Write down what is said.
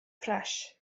ffres